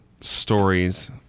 stories